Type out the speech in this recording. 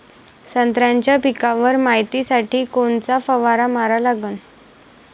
संत्र्याच्या पिकावर मायतीसाठी कोनचा फवारा मारा लागन?